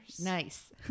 Nice